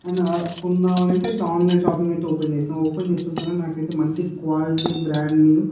and ఆ కొందాం అని అయితే ఇట్లా ఆన్లైన్ షాపింగ్ అయితే ఓపెన్ చేసినా ఓపెన్ చేసి చూస్తానే నాకు అయితే మంచి క్వాలిటీ బ్రాండ్ న్యూ